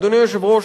אדוני היושב-ראש,